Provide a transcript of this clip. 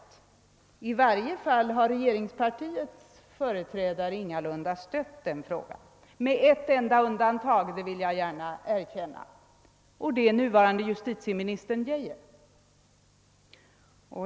Åtminstone har inte regeringspartiets företrädare stött kravet, med ett enda undantag — det vill jag gärna erkänna — nämligen nuvarande justitieministern Geijer.